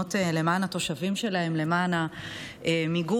האחרונות למען התושבים שלהם, למען המיגון.